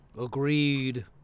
Agreed